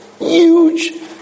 Huge